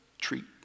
treat